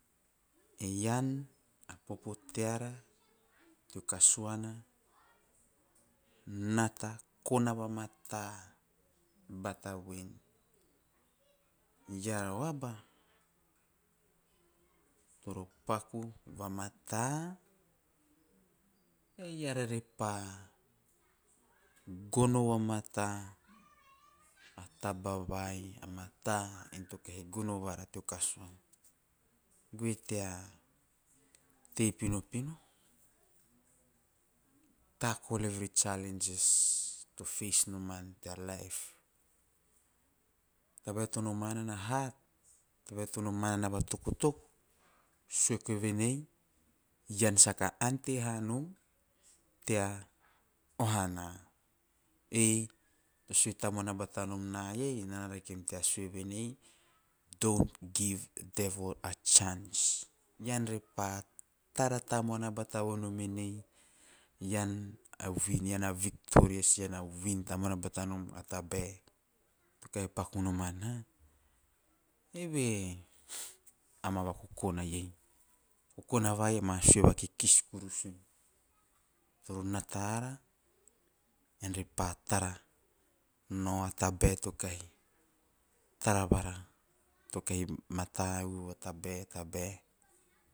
Ean a popo teara teo kasuana, nata, kona vamata bata vven eara o aba toro paku vamata eara re pa gono vamata a taba vai a mata to kahi gon vara teo kasuana, goe tea tei. Pinopino, tuckle every challenges you face in your life. Tabae to noma nana hard saka ante hanom tea oha, ei to sue tamuana. Bata nom nna iei "don`t give the devil a chance" tara tamuana bata vonom en ean a victorious, ean na win tamuana batanom a tabae to kahi paku noman eive ama vakokona iei. Ama vakokona vai ama sue vakikis kurus toro nata ara ean re pa tara nao a tabae a tara va, tokahi matau a tabae.